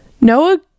Noah